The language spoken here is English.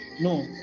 no